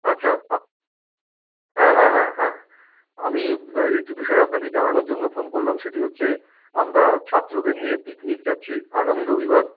আচ্ছা হ্যাঁ হ্যাঁ হ্যাঁ হ্যাঁ আমি একটি বিষয় আপনাকে জানানোর জন্য ফোন করলাম সেটি হচ্ছে আমরা ছাত্রদের নিয়ে পিকনিক যাচ্ছি আগামী রবিবার